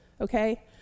Okay